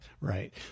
Right